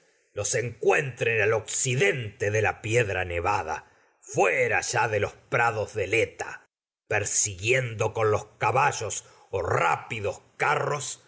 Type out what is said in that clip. los encuentren de libertar tal vez al occidente de la piedra nevada con fuera ya de los prados del eta a per siguiendo que es los caballos o rápidos carros